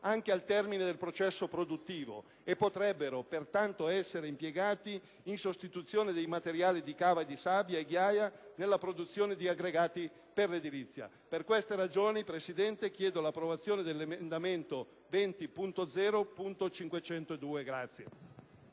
anche al termine del processo produttivo e potrebbero pertanto essere impiegati in sostituzione dei materiali di cava di sabbia e ghiaia nella produzione di aggregati per l'edilizia. Per queste ragioni, signor Presidente, chiedo l'approvazione dell'emendamento 20.0.502 che